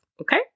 Okay